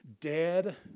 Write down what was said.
Dead